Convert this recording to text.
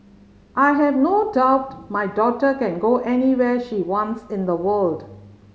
I have no doubt my daughter can go anywhere she wants in the world